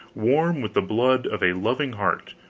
warm with the blood of a lov ing heart,